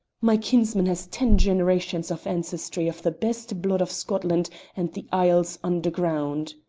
my kinsman has ten generations of ancestry of the best blood of scotland and the isles underground.